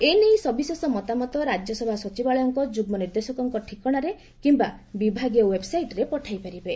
ଏନେ ସବିଶେଷ ମତାମତ ରାଜ୍ୟସଭା ସଚିବାଳୟଙ୍କ ଯୁଗ୍ମ ନିର୍ଦ୍ଦେଶକଙ୍କ ଠିକଶାରେ କିୟା ବିଭାଗୀୟ ୱେବ୍ସାଇଟ୍ରେ ପଠାଇପାରିବେ